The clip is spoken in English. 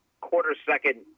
quarter-second